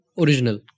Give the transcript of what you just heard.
original